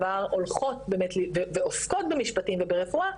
הולכות באמת ועוסקות במשפטים וברפואה,